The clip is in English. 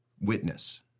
witness